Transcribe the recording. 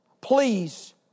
please